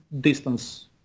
distance